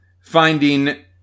finding